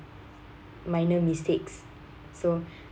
minor mistakes so